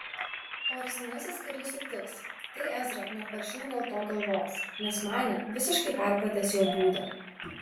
o ar senasis karys sutiks tai ezra nekvaršino dėl to galvos nes manė visiškai perpratęs jo būdą